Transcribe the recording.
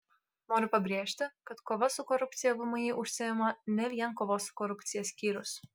noriu pabrėžti kad kova su korupcija vmi užsiima ne vien kovos su korupcija skyrius